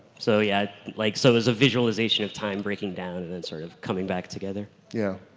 so yeah like so it was a visualization of time breaking down and then sort of coming back together. yeah.